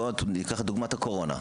בואו ניקח לדוגמה את הקורונה,